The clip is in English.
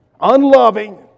unloving